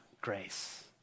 grace